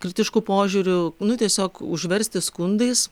kritišku požiūriu nu tiesiog užversti skundais